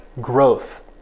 growth